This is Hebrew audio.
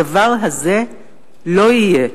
הדבר הזה לא יהיה,